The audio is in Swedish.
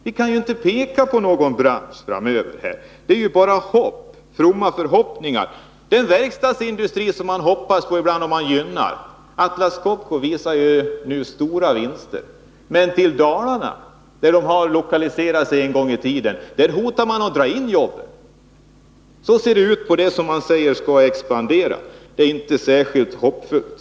Ni kan inte peka på någon bransch där man kan få jobb framöver. Det finns bara fromma förhoppningar. Man hoppas på och gynnar verkstadsindustrin. Atlas Copco visar stora vinster, men i Dalarna, där man en gång i tiden lokaliserade sig, hotar man att dra in jobb. Så ser det ut inom den del av Nr 80 industrin som man säger skall expandera. Det är inte särskilt hoppfullt.